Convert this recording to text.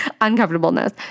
Uncomfortableness